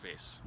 Interface